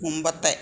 മുമ്പത്തെ